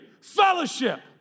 fellowship